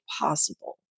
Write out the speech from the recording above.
possible